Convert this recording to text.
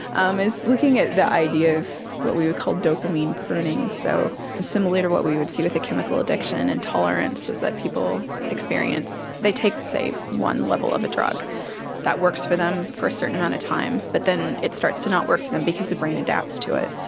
um is looking at the idea of what we would call dopamine pruning. so similarly to we would see with a chemical addiction and tolerances that people experience. they take, say, one level of a drug that works for them for a certain amount of time but then it starts to not work for them because the brain adapts to it,